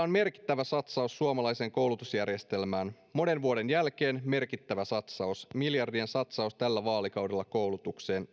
on merkittävä satsaus suomalaiseen koulutusjärjestelmään monen vuoden jälkeen merkittävä satsaus miljardien satsaus tällä vaalikaudella koulutukseen